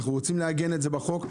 אנחנו רוצים לעגן את זה בחוק.